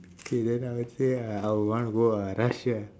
okay then I would say uh I would want to go uh russia